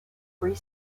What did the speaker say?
free